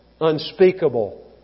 unspeakable